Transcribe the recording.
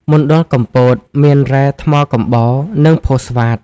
មណ្ឌលកំពត មានរ៉ែ ថ្មកំបោរ និងផូស្វាត។